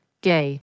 Gay